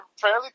fairly